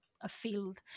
afield